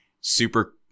super